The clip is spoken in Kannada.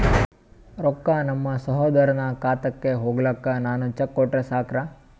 ರೊಕ್ಕ ನಮ್ಮಸಹೋದರನ ಖಾತಕ್ಕ ಹೋಗ್ಲಾಕ್ಕ ನಾನು ಚೆಕ್ ಕೊಟ್ರ ಸಾಕ್ರ?